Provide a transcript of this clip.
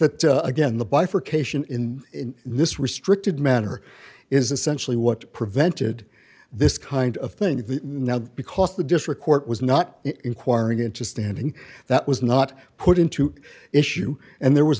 that again the bifurcation in this restricted manner is essentially what prevented this kind of thing that now because the district court was not inquiring into standing that was not put into issue and there was